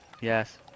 yes